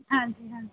ਹਾਂਜੀ ਹਾਂਜੀ